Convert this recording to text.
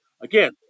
Again